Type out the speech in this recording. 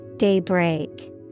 Daybreak